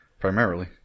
primarily